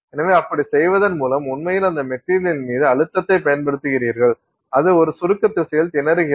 எனவே அப்படி செய்வதன் மூலம் உண்மையில் அந்த மெட்டீரியலின் மீது அழுத்தத்தைப் பயன்படுத்துகிறீர்கள் அது ஒரு சுருக்க திசையில் திணறுகிறது